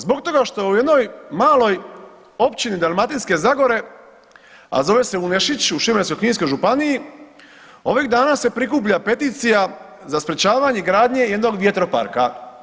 Zbog toga što u jednoj maloj općini Dalmatinske zagore, a zove se Unešić u Šibensko-kninskoj županiji ovih dana se prikuplja peticija za sprječavanje gradnje jednog vjetroparka.